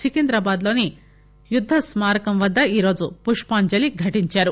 సికింద్రాబాద్ లోని యుద్దస్కారకం వద్ద ఈరోజు పుష్పాంజలి ఘటించారు